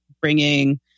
bringing